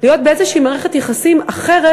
להיות באיזושהי מערכת יחסים אחרת,